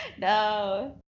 No